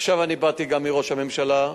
עכשיו באתי גם מראש הממשלה,